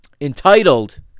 entitled